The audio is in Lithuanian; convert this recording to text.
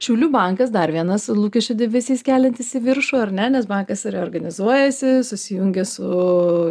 šiaulių bankas dar vienas lūkesčių debesys keliantys į viršų ar ne nes bankas reorganizuojasi susijungė su